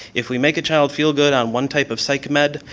if we make a child feel good on one type of psych med,